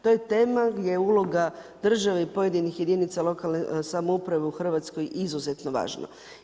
To je tema gdje uloga države i pojedinih jedinica lokalne samouprave u Hrvatskoj izuzetno važno.